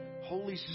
Holy